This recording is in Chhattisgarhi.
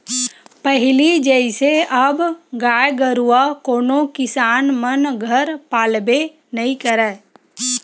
पहिली जइसे अब गाय गरुवा कोनो किसान मन घर पालबे नइ करय